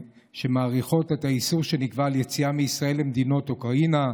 שמאריכות את האיסור שנקבע על יציאה מישראל למדינות אוקראינה,